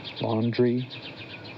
laundry